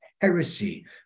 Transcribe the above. heresy